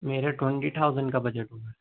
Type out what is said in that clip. میرے twenty thousand کا budget ہوگا